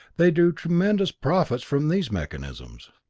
they drew tremendous profits from these mechanisms.